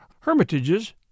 hermitages